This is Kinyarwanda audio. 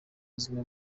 ubuzima